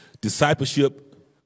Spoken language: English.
discipleship